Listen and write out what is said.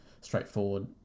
straightforward